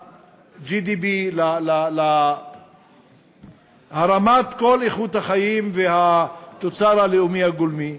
ל-GDB, לרמת איכות החיים והתוצר הלאומי הגולמי,